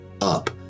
up